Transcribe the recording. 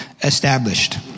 established